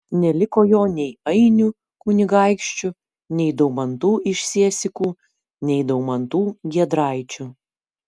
neliko jo nei ainių kunigaikščių nei daumantų iš siesikų nei daumantų giedraičių